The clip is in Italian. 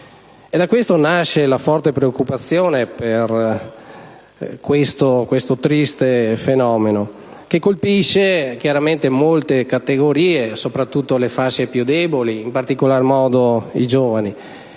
Da ciò nasce la forte preoccupazione per questo triste fenomeno, che colpisce molte categorie, soprattutto le fasce più deboli, e in particolar modo i giovani.